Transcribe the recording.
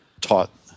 taught